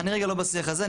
אני רגע לא בשיח הזה.